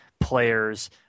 players